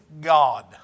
God